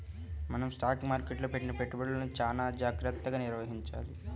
మనం స్టాక్ మార్కెట్టులో పెట్టిన పెట్టుబడులను చానా జాగర్తగా నిర్వహించాలి